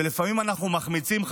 ולפעמים אנחנו מחמיצים,